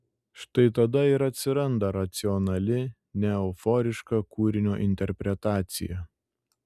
štai tada ir atsiranda racionali neeuforiška kūrinio interpretacija